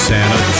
Santa